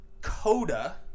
Coda